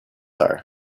are